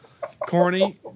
Corny